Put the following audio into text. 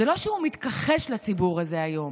זה לא שהוא מתכחש לציבור הזה היום,